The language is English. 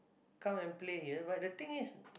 come and play but the thing is